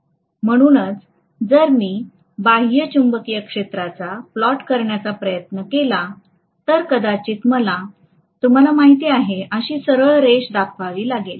म्हणून जर मी बाह्य चुंबकीय क्षेत्राचा प्लॉट करण्याचा प्रयत्न केला तर कदाचित मला तुम्हाला माहिती आहे अशी सरळ रेष दाखवावी लागेल